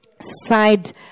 side